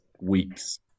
weeks